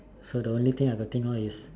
so the only thing I could think all is